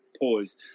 Pause